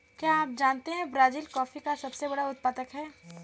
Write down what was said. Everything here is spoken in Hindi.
क्या आप जानते है ब्राज़ील कॉफ़ी का सबसे बड़ा उत्पादक है